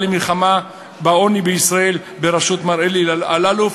למלחמה בעוני בישראל בראשות מר אלי אלאלוף,